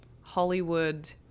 Hollywood